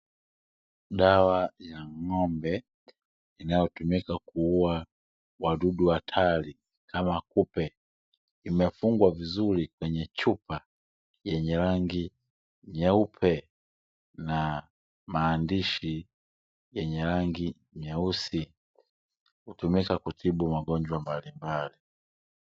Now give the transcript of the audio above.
Dawa ya Ng'ombe inayotumika kuua wadudu hatari kama Kupe, imefungwa vizuri kwenye chupa yenye rangi nyeupe na maandishi yenye rangi nyeusi hutumika kutibu magonjwa mbalimbali.